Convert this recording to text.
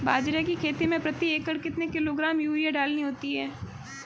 बाजरे की खेती में प्रति एकड़ कितने किलोग्राम यूरिया डालनी होती है?